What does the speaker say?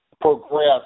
progress